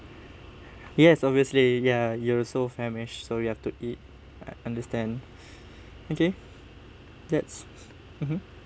ya obviously ya you're so famished so you have to eat I understand okay that's mmhmm